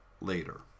later